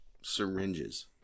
syringes